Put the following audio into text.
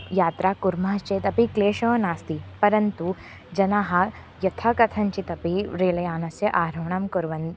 यात्रा कुर्मश्चेत् अपि क्लेशः नास्ति परन्तु जनाः यथा कथञ्चितपि रेलयानस्य आरोहणं कुर्वन्